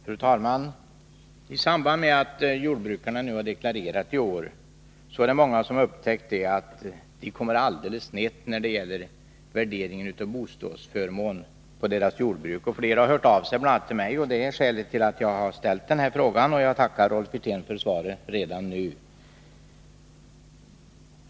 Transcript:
Fru talman! I samband med att jordbrukarna deklarerade i år har många av dem upptäckt att de kommer alldeles fel när det gäller värderingen av förmånen av fri bostad på jordbruksfastigheten. Flera av dem har hört av sig bl.a. till mig. Det är skälet till att jag har framställt den här frågan, och jag vill redan nu tacka Rolf Wirtén för svaret.